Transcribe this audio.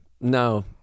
no